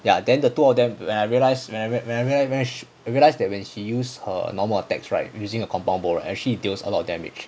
ya then the two of them when I realised when I real~ realised realised that when she used her normal attacks right she using a compound bow right she tio a lot of damage